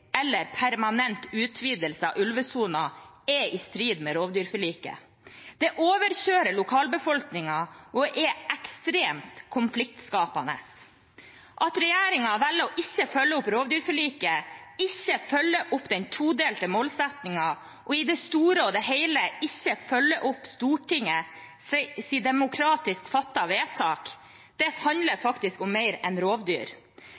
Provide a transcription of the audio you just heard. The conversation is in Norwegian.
eller permanent utvidelse av ulvesonen er i strid med rovdyrforliket. Det er å overkjøre lokalbefolkningen og er ekstremt konfliktskapende. At regjeringen velger å ikke følge opp rovdyrforliket, ikke følge opp den todelte målsettingen og i det store og hele ikke følge opp Stortingets demokratisk fattede vedtak, handler faktisk om mer enn rovdyr.